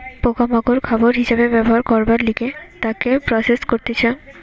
পোকা মাকড় খাবার হিসাবে ব্যবহার করবার লিগে তাকে প্রসেস করতিছে